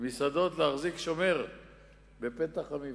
ובמסעדות שומר בפתח המבנה.